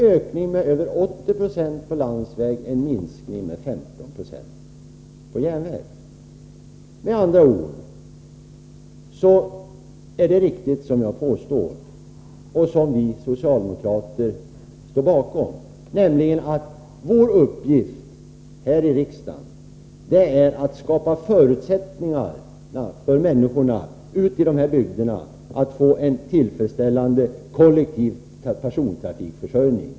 Ökningen har varit över 80 70 på landsväg och minskningen 15 96 på järnväg. Med andra ord är det riktigt som jag påstår, och det är en åsikt som vi socialdemokrater står bakom, att vår uppgift här i riksdagen är att skapa förutsättningar för människorna ute i de här bygderna att få en tillfredsställande kollektiv persontrafikförsörjning.